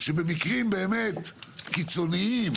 שבמקרים קיצוניים,